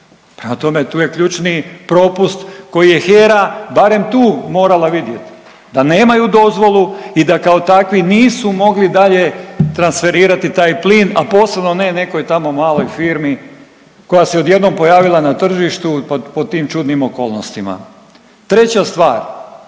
prema tome tu je ključni propust koji je HERA barem tu morala vidjeti da nemaju dozvolu i da kao takvi nisu mogli dalje transferirati taj plin, a posebno ne nekoj tamo maloj firmi koja se odjednom pojavila na tržištu po tim čudnim okolnostima. Treća stvar,